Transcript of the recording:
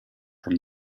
from